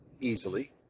easily